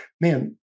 man